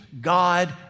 God